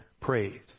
praise